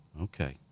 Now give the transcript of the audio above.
Okay